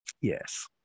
Yes